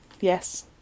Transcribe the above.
Yes